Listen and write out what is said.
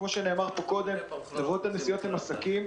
כפי שנאמר פה קודם, חברות הנסיעות הן עסקים.